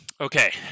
okay